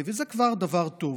וזה כבר דבר טוב.